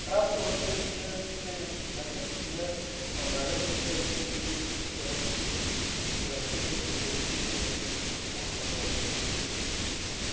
خراب تو ہوتی رہتی ہے کیونکہ میکنڈ چیز ہے اور مائنڈ چیز ہے اس لیے اس چیز کو ہم جانتے ہیں کہ جو ہے اس چیز کو ہم کرتے ہیں اور اپنی تھوڑی